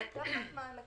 לתת מענקים,